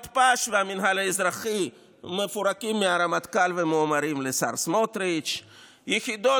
מתפ"ש והמינהל האזרחי מפורקים מהרמטכ"ל ומועברים לשר סמוטריץ'; יחידות